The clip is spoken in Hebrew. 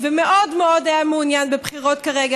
ומאוד מאוד היה מעוניין בבחירות כרגע.